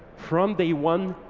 from day one,